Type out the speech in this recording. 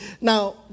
Now